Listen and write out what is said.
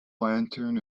lantern